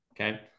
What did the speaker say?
Okay